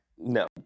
No